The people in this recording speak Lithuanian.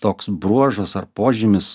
toks bruožas ar požymis